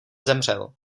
zemřel